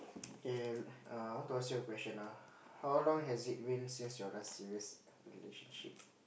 okay uh I want to ask you a question ah how long has it been since your last serious relationship